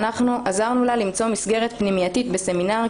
ואנחנו עזרנו לה למצוא מסגרת פנימייתית בסמינר,